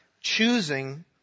choosing